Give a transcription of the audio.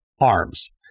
arms